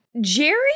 Jerry